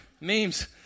memes